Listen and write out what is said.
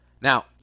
now